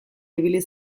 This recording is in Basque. ibili